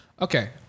Okay